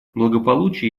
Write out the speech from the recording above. благополучие